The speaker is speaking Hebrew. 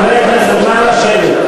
חברי הכנסת, נא לשבת.